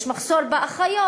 יש מחסור באחיות.